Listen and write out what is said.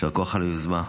יישר כוח על היוזמה.